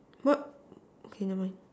what okay never mind